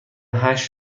هشت